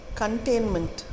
containment